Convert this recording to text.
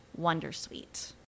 wondersuite